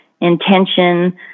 intention